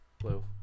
Blue